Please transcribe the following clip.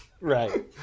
right